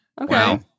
Okay